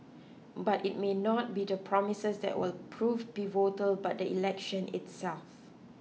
but it may not be the promises that will prove pivotal but the election itself